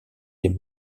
des